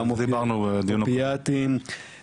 גם אופיאטים,